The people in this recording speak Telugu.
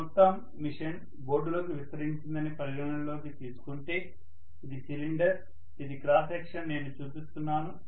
ఈ మొత్తం మెషిన్ బోర్డులోకి విస్తరించిందని పరిగణనలోకి తీసుకుంటే ఇది సిలిండర్ దీని క్రాస్ సెక్షన్ నేను చూపిస్తున్నాను